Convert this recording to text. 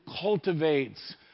cultivates